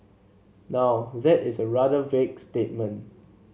now that is a rather vague statement